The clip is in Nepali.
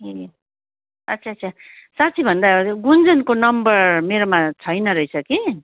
ए अच्छा अच्छा साँची भन्दा गुन्जनको नम्बर मेरोमा छैन रहेछ कि